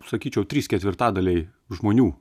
sakyčiau trys ketvirtadaliai žmonių